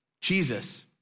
Jesus